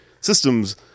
systems